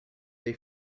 they